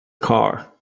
car